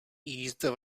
jízda